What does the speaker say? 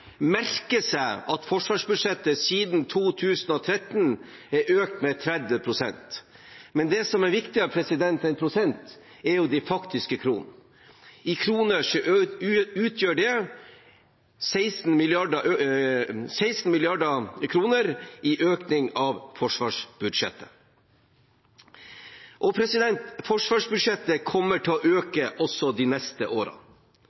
merker seg at forsvarsbudsjettet siden 2013 er økt med 30 pst. Men det som er viktigere enn prosentene, er jo de faktiske kronene. I kroner utgjør det 16 mrd. kr i økning av forsvarsbudsjettet. Forsvarsbudsjettet kommer til å